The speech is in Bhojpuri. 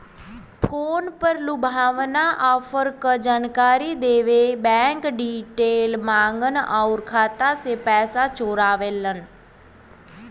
फ़ोन पर लुभावना ऑफर क जानकारी देके बैंक डिटेल माँगन आउर खाता से पैसा चोरा लेवलन